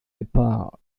nepal